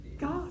God